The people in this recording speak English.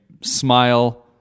smile